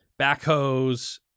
backhoes